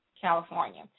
California